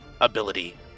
ability